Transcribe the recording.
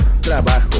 trabajo